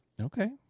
Okay